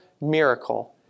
miracle